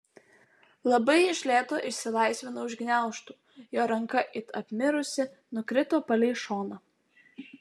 labai iš lėto išsilaisvinau iš gniaužtų jo ranka it apmirusi nukrito palei šoną